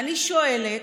ואני שואלת: